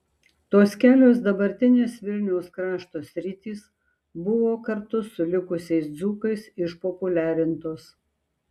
tos kelios dabartinės vilniaus krašto sritys buvo kartu su likusiais dzūkais išpopuliarintos